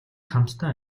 хамтдаа